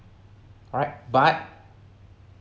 alright but